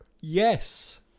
Yes